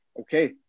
okay